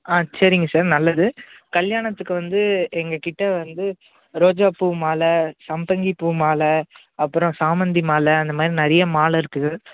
ஆ சரிங்க சார் நல்லது கல்யாணத்துக்கு வந்து எங்கள் கிட்டே வந்து ரோஜா பூ மாலை சம்பங்கிப்பூ மாலை அப்புறம் சாமந்தி மாலை அந்த மாதிரி நிறைய மாலை இருக்குது